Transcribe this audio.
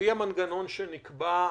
לפי המנגנון שנקבע,